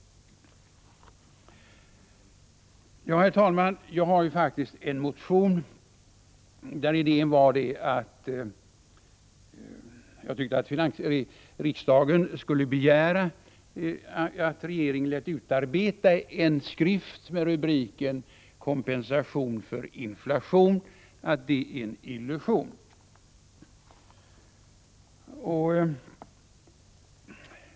Herr talman! Jag har ju väckt en motion där jag framfört idén att riksdagen skulle begära att regeringen lät utarbeta en skrift med rubriken: Kompensation för inflation — en illusion.